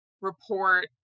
report